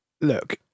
look